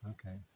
Okay